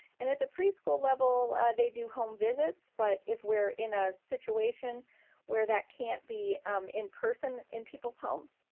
and at the preschool level, they do home visits, but if we're in a situation where that can't be in-person in people's homes,